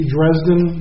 Dresden